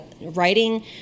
Writing